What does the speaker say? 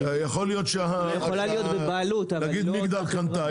יכול להיות שאתה תגיד: מגדל קנתה,